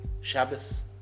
Shabbos